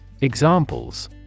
Examples